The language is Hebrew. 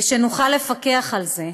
ושנוכל לפקח על זה.